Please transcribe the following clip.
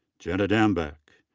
jenna dambek.